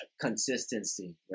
consistency